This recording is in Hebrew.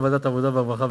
הכנסת,